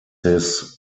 his